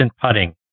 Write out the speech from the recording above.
Putting